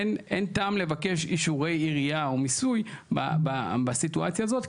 אין טעם לבקש אישורי עירייה או מיסוי בסיטואציה הזאת,